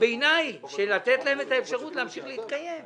ביניים של לתת להם את האפשרות להמשיך להתקיים.